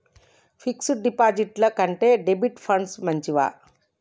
Fix డ్ డిపాజిట్ల కంటే డెబిట్ ఫండ్స్ మంచివా?